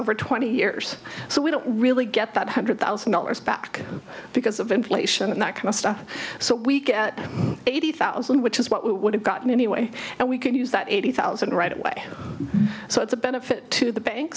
over twenty years so we don't really get that hundred thousand dollars back because of inflation and that kind of stuff so weak at eighty thousand which is what we would have gotten anyway and we could use that eighty thousand right away so it's a benefit to the bank